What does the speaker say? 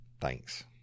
Thanks